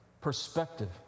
perspective